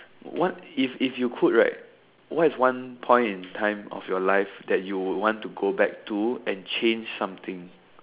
what if if you could right what is one point in life you would want to go back to and change something